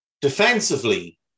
Defensively